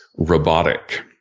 robotic